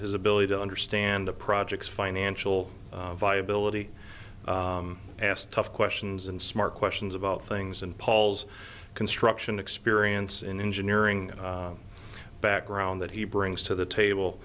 his ability to understand the project's financial viability asked tough questions and smart questions about things and paul's construction experience in engineering background that he brings to the